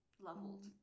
leveled